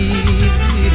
easy